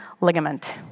ligament